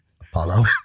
Apollo